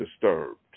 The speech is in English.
disturbed